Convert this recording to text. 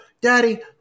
daddy